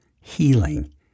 healing